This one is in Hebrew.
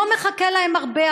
לא מחכה להם הרבה,